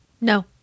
No